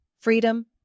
Freedom